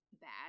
bad